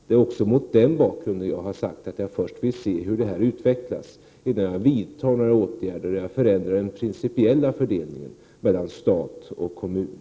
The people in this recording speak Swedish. Det är också mot den bakgrunden som jag har sagt att jag vill se hur det här utvecklas innan jag vidtar några åtgärder och förändrar den principiella fördelningen mellan stat och kommun.